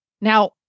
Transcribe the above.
now